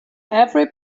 every